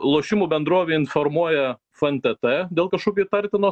lošimų bendrovė informuoja fntt dėl kažkokio įtartino